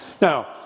Now